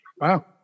Wow